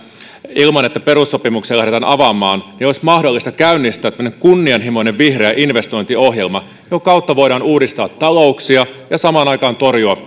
ilman että perussopimusta lähdetään avaamaan olisi mahdollista käynnistää tämmöinen kunnianhimoinen vihreä investointiohjelma jonka kautta voidaan uudistaa talouksia ja samaan aikaan torjua